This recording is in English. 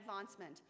advancement